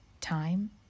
time